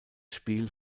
spiel